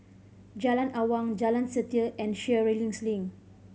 Jalan Awang Jalan Setia and Sheares Link